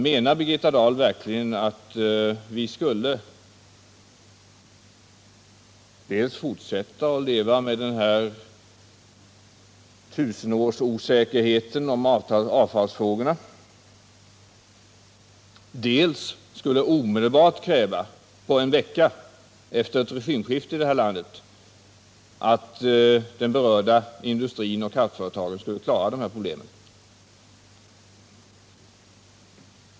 Menar Birgitta Dahl verkligen att vi dels skulle fortsätta att leva med den här tusenårsosäkerheten när det gäller avfallsfrågorna, dels omedelbart — på en vecka efter ett regimskifte här i landet — kräva att den berörda industrin och de berörda kraftföretagen skulle klara problemen?